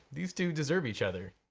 these two deserve each other.